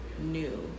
new